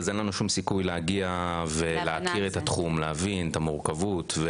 אין לו שום סיכוי להכיר את התחום ולהבין את המורכבות.